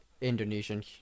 Indonesian